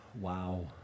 Wow